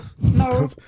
No